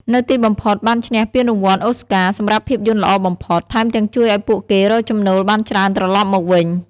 នៅទីបំផុតបានឈ្នះពានរង្វាន់ អូរស្ការ សម្រាប់ភាពយន្តល្អបំផុត ថែមទាំងជួយឲ្យពួកគេរកចំណូលបានច្រើនត្រឡប់មកវិញ។